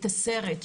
את הסרט,